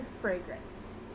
fragrance